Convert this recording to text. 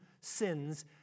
sins